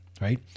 right